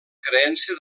creença